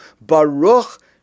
Baruch